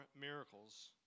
miracles